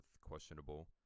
questionable